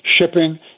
shipping